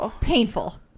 painful